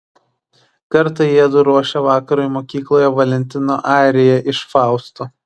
kartą jiedu ruošė vakarui mokykloje valentino ariją iš fausto